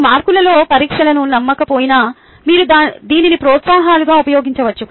మీరు మార్కులలో పరీక్షలను నమ్మకపోయినా మీరు దీనిని ప్రోత్సాహకాలుగా ఉపయోగించవచ్చు